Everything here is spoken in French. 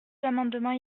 amendements